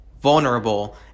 vulnerable